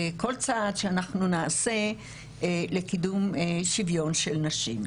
כל צעד שאנחנו נעשה לקידום שוויון של נשים.